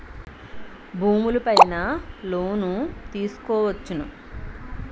భూములు పైన లోన్ తీసుకోవచ్చును